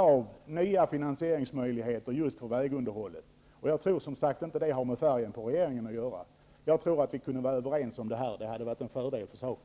av nya finansieringsmöjligheter för just vägunderhållet. Jag tror som sagt inte att det har med färgen på regeringen att göra. Jag tror att vi kunde vara överens om det här. Det hade varit en fördel för saken.